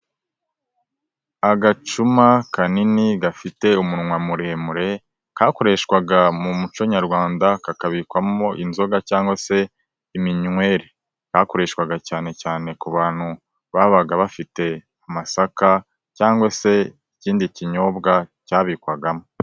Agacuma kanini gafite umunwa muremure kakoreshwaga mu muco nyarwanda kakabikwamo inzoga cyangwa se iminywere, kakoreshwaga cyane cyane ku bantu babaga bafite amasaka cyangwa se ikindi kinyobwa cyabikwagamo.